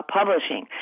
Publishing